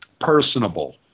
personable